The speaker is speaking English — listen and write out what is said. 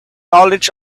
knowledge